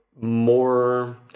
more